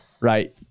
right